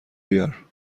بیار